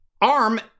ARM